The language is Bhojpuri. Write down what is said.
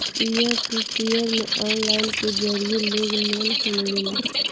पियर टू पियर में ऑनलाइन के जरिए लोग लोन लेवेला